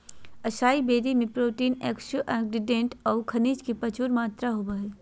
असाई berry में protein, antioxidant औऊ खनिज के प्रचुर मात्रा होबो हइ